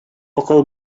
акыл